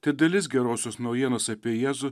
tai dalis gerosios naujienos apie jėzų